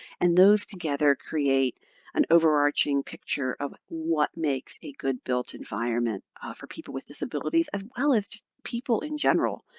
and those together create an overarching picture of what makes a good built environment for people with disabilities, as well as just people in general.